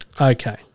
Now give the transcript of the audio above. okay